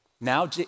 Now